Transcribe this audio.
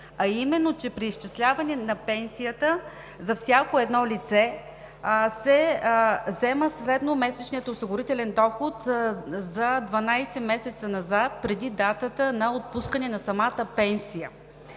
а именно, че при изчисляване на пенсията за всяко едно лице се взема средномесечният осигурителен доход за 12 месеца назад, преди датата на отпускане на самата пенсия.